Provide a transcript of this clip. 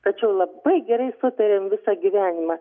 tačiau labai gerai sutarėm visą gyvenimą